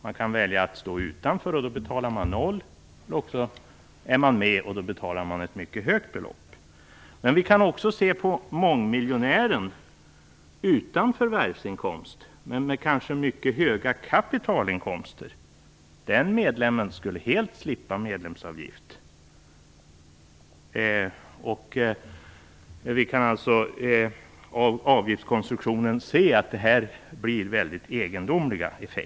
Man kan välja att stå utanför och inte betala någonting, eller också väljer man att gå med och då betalar man ett mycket högt belopp. En mångmiljonär utan förvärvsinkomst men med mycket höga kapitalinkomster skulle helt slippa medlemsavgift. Av avgiftskonstruktionen kan vi se att effekterna blir väldigt egendomliga.